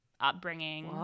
upbringing